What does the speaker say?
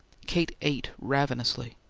kate ate ravenously.